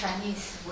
Chinese